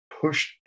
pushed